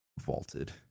Vaulted